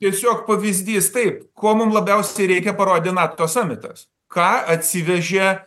tiesiog pavyzdys taip ko mum labiausiai reikia parodė nato samitas ką atsivežė